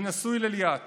אני נשוי לליאת